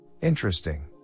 Interesting